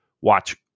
watch